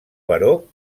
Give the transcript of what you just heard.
baró